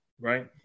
Right